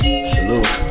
Salute